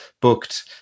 booked